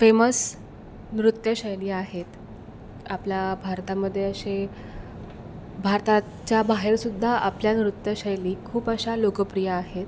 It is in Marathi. फेमस नृत्यशैली आहेत आपल्या भारतामध्ये असे भारताच्या बाहेर सुद्धा आपल्या नृत्यशैली खूप अशा लोकप्रिय आहेत